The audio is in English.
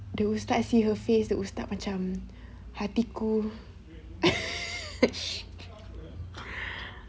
they will start see her face the ustaz macam hatiku